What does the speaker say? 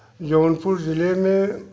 जौनपुर जिले में